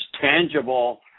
tangible